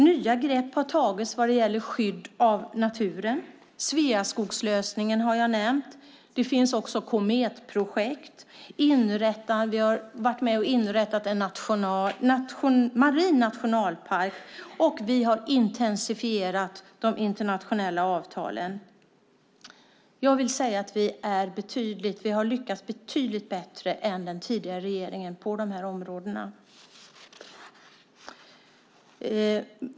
Nya grepp har tagits vad gäller skydd av naturen. Sveaskogslösningen har jag nämnt. Det finns också Kometprojekt. Vi har inrättat en marin nationalpark, och vi har intensifierat de internationella avtalen. Jag skulle vilja säga att vi har lyckats betydligt bättre på de här områdena än den tidigare regeringen.